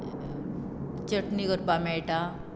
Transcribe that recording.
चटणी करपाक मेळटा